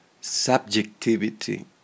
subjectivity